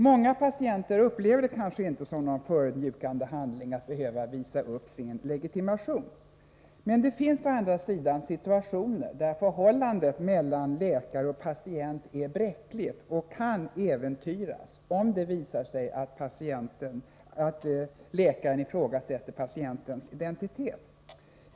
Många patienter upplever det kanske inte som en förödmjukande handling att behöva visa upp sin legitimation, men det finns å andra sidan situationer där förhållandet mellan läkare och patient är bräckligt och kan äventyras, om det visar sig att läkaren ifrågasätter patientens identitet.